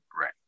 Right